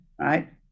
right